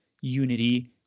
unity